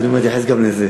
אני עוד מעט אתייחס גם לזה.